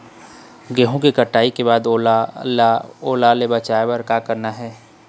गेहूं के कटाई के बाद ओल ले ओला बचाए बर का करना ये?